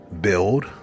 build